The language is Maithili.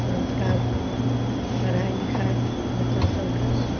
संस्कार पढ़ाइ लिखाइ बच्चा सबके